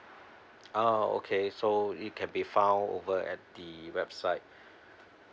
oh okay so it can be found over at the website